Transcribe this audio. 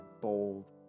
Bold